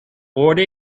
hoorde